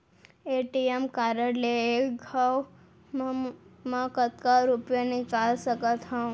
ATM card ले एक घव म कतका रुपिया निकाल सकथव?